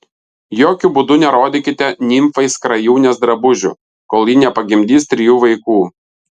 jokiu būdu nerodykite nimfai skrajūnės drabužių kol ji nepagimdys trijų vaikų